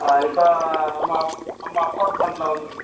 இப்போ நம்ம அப் நம்ம அப்பார்ட்மெண்ட்டில் வந்து